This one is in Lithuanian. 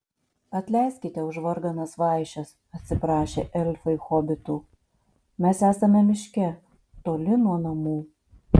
atleiskite už varganas vaišes atsiprašė elfai hobitų mes esame miške toli nuo namų